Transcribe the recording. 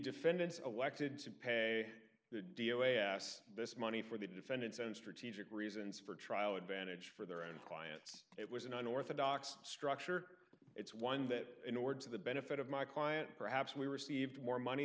defendants elected to pay d o s this money for the defendant's own strategic reasons for trial advantage for their own clients it was an unorthodox structure it's one that in order to the benefit of my client perhaps we received more money